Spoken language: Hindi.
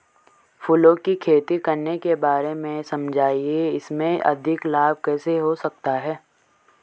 फूलों की खेती करने के बारे में समझाइये इसमें अधिक लाभ कैसे हो सकता है?